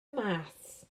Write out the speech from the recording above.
mas